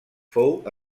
fou